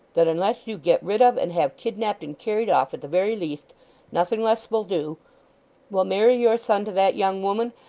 that unless you get rid of and have kidnapped and carried off at the very least nothing less will do will marry your son to that young woman,